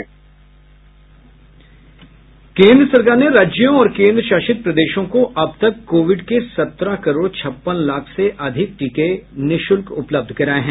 केन्द्र सरकार ने राज्यों और केन्द्रशासित प्रदेशों को अब तक कोविड के सत्रह करोड़ छप्पन लाख से अधिक टीके निःशुल्क उपलब्ध कराए हैं